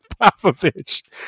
Popovich